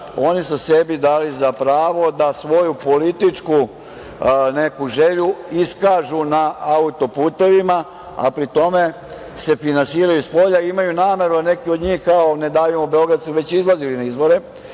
oni su sebi dali za pravo da svoju političku neku želju iskažu na autoputevima, a pri tome se finansiraju spolja i imaju nameru neki od njih, kao „ne davimo Beograd“ su već izlazili na izbore,